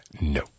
no